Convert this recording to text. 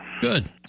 Good